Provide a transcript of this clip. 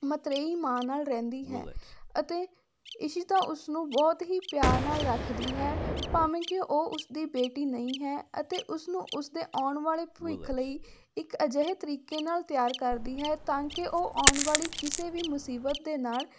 ਮਤਰੇਈ ਮਾਂ ਨਾਲ ਰਹਿੰਦੀ ਹੈ ਅਤੇ ਇਸ਼ਿਤਾ ਉਸਨੂੰ ਬਹੁਤ ਹੀ ਪਿਆਰ ਨਾਲ ਰੱਖਦੀ ਹੈ ਭਾਵੇਂ ਕਿ ਉਹ ਉਸਦੀ ਬੇਟੀ ਨਹੀਂ ਹੈ ਅਤੇ ਉਸਨੂੰ ਉਸਦੇ ਆਉਣ ਵਾਲੇ ਭਵਿੱਖ ਲਈ ਇੱਕ ਅਜਿਹੇ ਤਰੀਕੇ ਨਾਲ ਤਿਆਰ ਕਰਦੀ ਹੈ ਤਾਂ ਕਿ ਉਹ ਆਉਣ ਵਾਲੀ ਕਿਸੇ ਵੀ ਮੁਸੀਬਤ ਦੇ ਨਾਲ